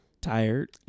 tired